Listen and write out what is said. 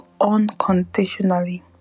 unconditionally